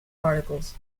particles